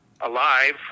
alive